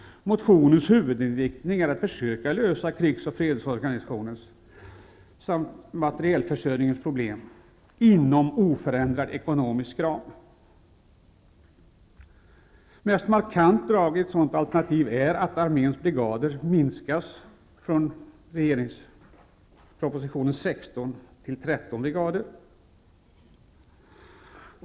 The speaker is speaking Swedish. Motionens huvudinriktning är att försöka lösa krigs och fredsorganisationens samt materielförsörjningens problem inom oförändrad ekonomisk ram. Det mest markanta draget i ett sådant alternativ är att arméns brigader minskas från regeringspropositionens 16 till 13 brigader.